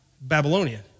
Babylonian